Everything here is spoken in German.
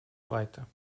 weiter